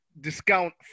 discount